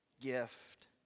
gift